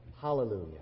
Hallelujah